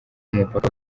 umupaka